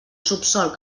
subsòl